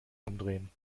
umdrehen